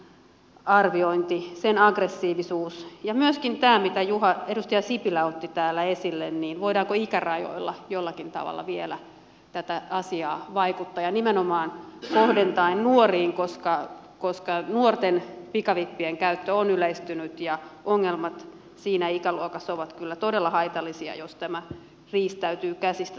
on tämä markkinoinnin arviointi sen aggressiivisuus ja myöskin tämä minkä edustaja sipilä otti täällä esille voidaanko ikärajoilla jollakin tavalla vielä tähän asiaan vaikuttaa ja nimenomaan kohdentaen nuoriin koska nuorten pikavippien käyttö on yleistynyt ja ongelmat siinä ikäluokassa ovat kyllä todella haitallisia jos tämä holtiton rahankäyttö riistäytyy käsistä